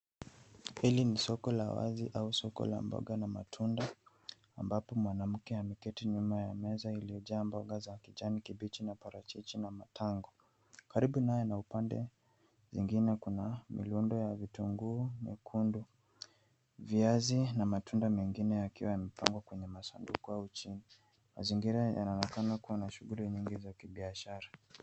Hili ni soko la wazi au soko la mboga na matunda ambapo mwanamke ameketi nyuma ya meza iliyojaa mboga za kijani kibichi , maparachichi na matango .Karibu naye na upande mwingine kuna mirundo ya vitunguu nyekundu , viazi na matunda mengine yakiwa yamepangwa kwenye masanduku au chini. Mazingira yanaonekana kuwa na shughuli nyingi za kibiashara.